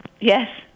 yes